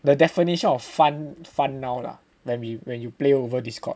the definition of fun fun now lah then we when you play over Discord